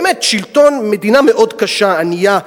באמת מדינה מאוד קשה, ענייה,